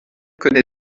connait